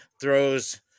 throws